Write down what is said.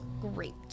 Great